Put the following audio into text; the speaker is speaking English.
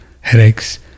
headaches